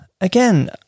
Again